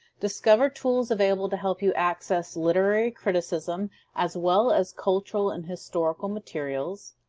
discover tools available to help you access literary criticism as well as cultural and historical materials,